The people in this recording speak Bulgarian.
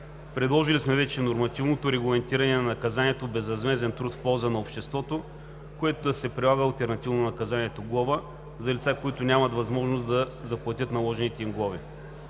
Предложили сме вече нормативното регламентиране на наказанието „безвъзмезден труд в полза на обществото“, което да се прилага алтернативно на наказанието „глоба“ за лица, нямащи възможност да заплатят наложените им глоби.